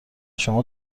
شما